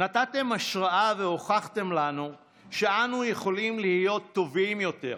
נתתם השראה והוכחתם לנו שאנו יכולים להיות טובים יותר,